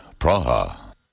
Praha